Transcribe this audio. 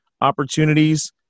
opportunities